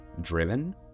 driven